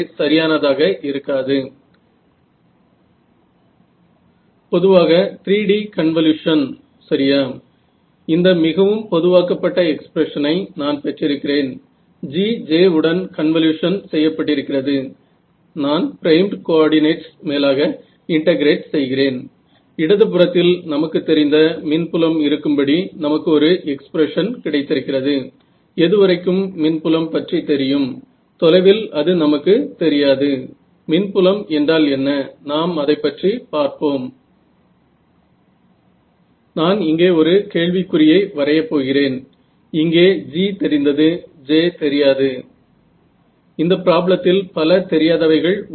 मी नाही बरं खूप सोप्या प्रकारे मला माहित आहे की जिथे कॉन्स्टंट हा खूप खूप लहान असणार आहे तर जोपर्यंत हे ऍलगोरिदम खूप झटपट काम करेल तुम्ही ते रियल टाइम मध्ये करू शकता